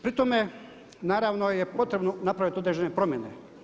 Pri tome naravno je potrebno napraviti određene promjene.